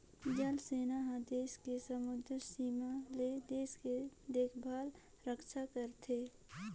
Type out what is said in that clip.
जल सेना हर देस के समुदरर सीमा ले देश के देखभाल रक्छा करथे